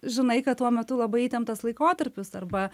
žinai kad tuo metu labai įtemptas laikotarpis arba